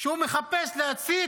שהוא מחפש להצית